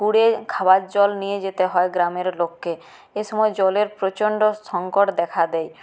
খুঁড়ে খাওয়ার জল নিয়ে যেতে হয় গ্রামের লোককে এ সময় জলের প্রচণ্ড সংকট দেখা দেয়